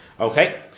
Okay